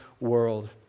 world